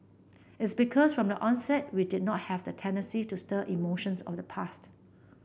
it's because from the onset we did not have the tendency to stir emotions of the past